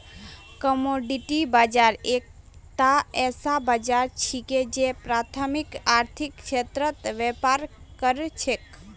commodity बाजार एकता ऐसा बाजार छिके जे प्राथमिक आर्थिक क्षेत्रत व्यापार कर छेक